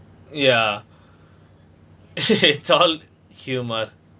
ya tall humor